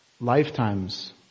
lifetimes